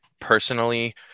personally